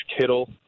Kittle